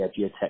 geotech